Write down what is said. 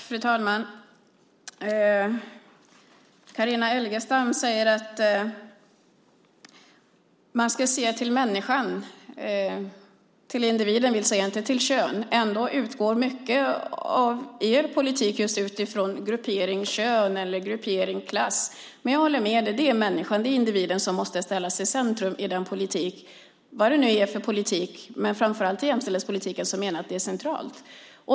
Fru talman! Carina Adolfsson Elgestam säger att man ska se till människan och individen, det vill säga inte till kön. Ändå utgår mycket av er politik från just gruppering kön eller gruppering klass. Men jag håller med dig. Det är människan, individen, som måste ställas i centrum i politiken, vilken politik det nu är. Framför allt i jämställdhetspolitiken menar jag att det är centralt.